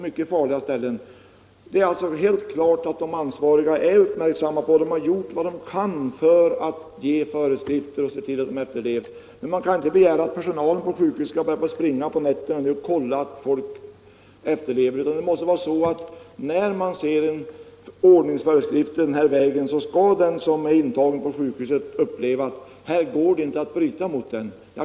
Det är alltså helt klart att de ansvariga är uppmärksamma på faran, och de har gjort vad de kan för att ge föreskrifter och se till att dessa efterlevs. Men man kan inte begära att personalen på sjukhusen skall springa omkring på nätterna och kolla att folk efterlever föreskrifterna. Det måste bli så att den som är intagen på ett sjukhus skall inse att det inte går att bryta mot föreskrifterna.